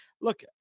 Look